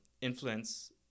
influence